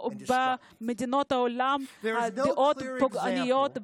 אם אלה תנועות החרם,